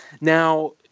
now